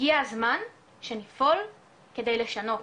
הגיע הזמן שנפעל כדי לשנות,